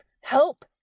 Help